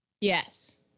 Yes